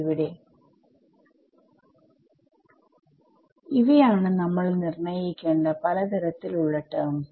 ഇവിടെ ഇവയാണ് നമ്മൾ നിർണ്ണയിക്കേണ്ട പല തരത്തിൽ ഉള്ള ടെർമ്സ്